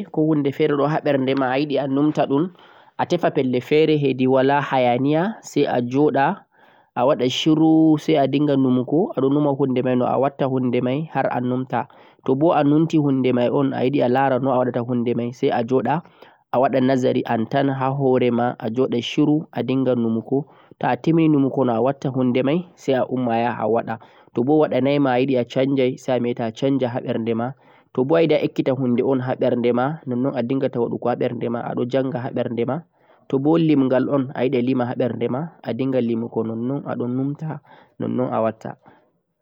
Ta'ayiɗe anumta hunde koh wodi hunde fere ha ɓerdema, heeɓu pelle je wala hayaniya sai a joɗa awaɗa shiruu! A moɓa hakkiloma ha pelle gotel anuma sosai har a heɓa maslaha.